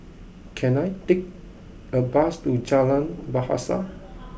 can I take a bus to Jalan Bahasa